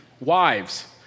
Wives